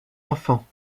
enfants